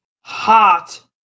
hot